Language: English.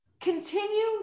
continue